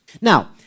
Now